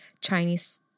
Chinese